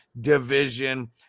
Division